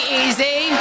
easy